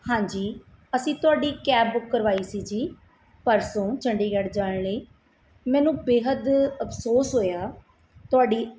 ਹਾਂਜੀ ਅਸੀਂ ਤੁਹਾਡੀ ਕੈਬ ਬੁੱਕ ਕਰਵਾਈ ਸੀ ਜੀ ਪਰਸੋਂ ਚੰਡੀਗੜ੍ਹ ਜਾਣ ਲਈ ਮੈਨੂੰ ਬੇਹੱਦ ਅਫਸੋਸ ਹੋਇਆ ਤੁਹਾਡੀ